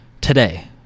Today